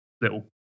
little